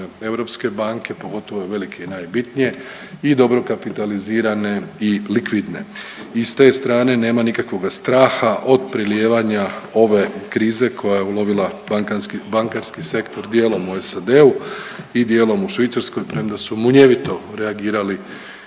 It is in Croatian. europske banke, pogotovo ove velike i najbitnije, i dobro kapitalizirane i likvidne i s te strane nema nikakvoga straha od prelijevanja ove krize koja je ulovila bankarski sektor dijelom u SAD-u i dijelom u Švicarskoj premda su munjevito reagirali